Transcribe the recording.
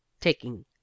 taking